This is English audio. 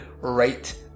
right